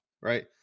right